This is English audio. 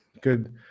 good